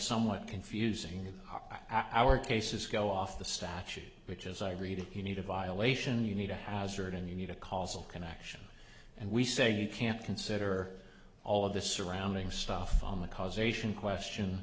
somewhat confusing our cases go off the statute which as i read you need a violation you need a hazard and you need a causal connection and we say you can't consider all of the surrounding stuff on the causation question